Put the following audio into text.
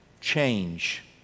change